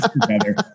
together